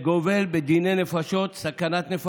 אדוני היושב-ראש, חברי הכנסת,